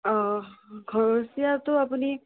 ঘৰচীয়াটো আপুনি